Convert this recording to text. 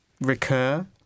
recur